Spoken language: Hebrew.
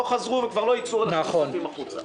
לא חזרו וכבר לא ייצאו בימים נוספים החוצה.